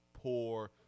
poor